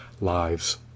lives